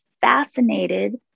fascinated